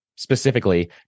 specifically